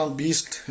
beast